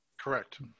Correct